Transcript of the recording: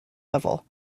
level